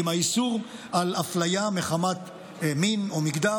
עם האיסור על אפליה מחמת מין או מגדר